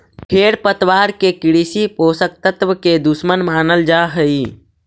खेरपतवार के कृषि पोषक तत्व के दुश्मन मानल जा हई